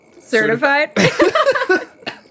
Certified